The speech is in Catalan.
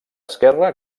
esquerra